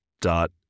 dot